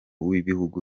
w’ibihugu